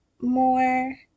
more